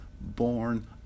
born